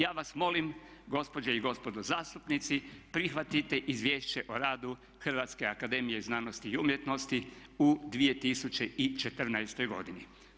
Ja vas molim gospođe i gospodo zastupnici prihvatite izvješće o radu Hrvatske akademije znanosti i umjetnosti u 2014. godini.